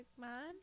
man